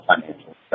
financial